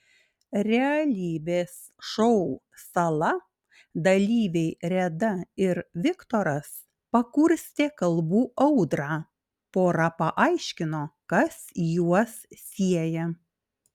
realybės šou sala dalyviai reda ir viktoras pakurstė kalbų audrą pora paaiškino kas juos sieja